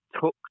took